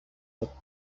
داد